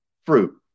fruit